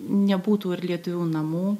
nebūtų ir lietuvių namų